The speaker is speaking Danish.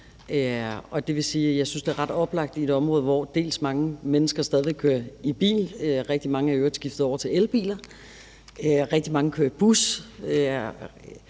blevet grønnere. I et område, hvor mange mennesker stadig væk kører i bil – rigtig mange er i øvrigt skiftet over til elbil – rigtig mange kører i bus,